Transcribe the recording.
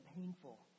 painful